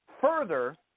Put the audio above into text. further